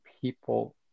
people